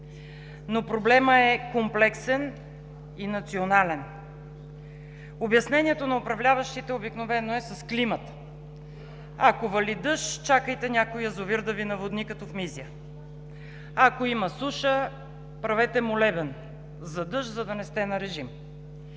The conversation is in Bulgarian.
но проблемът е комплексен и национален. Обяснението на управляващите обикновено е с климата – ако вали дъжд, чакайте някой язовир да Ви наводни, като в Мизия; ако има суша, правете молебен за дъжд, за да не сте на режим!